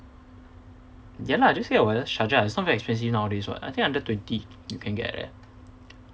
ya lah just a wireless charger it's not very expensive nowadays what I think under twenty you can get eh